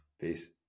peace